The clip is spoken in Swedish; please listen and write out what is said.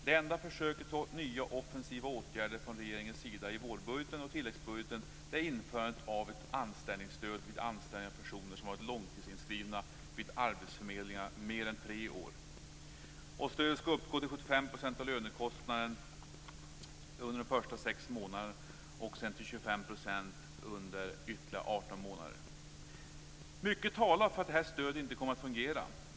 Det enda försöket till nya offensiva åtgärder från regeringens sida i vårbudgeten och tilläggsbudgeten är införandet av ett anställningsstöd vid anställning av personer som varit långtidsinskrivna vid arbetsförmedlingarna mer än tre år. Stödet skall uppgå till 75 % av lönekostnaden under de första sex månaderna och sedan till 25 % i ytterligare 18 månader. Mycket talar för att det här stödet inte kommer att fungera.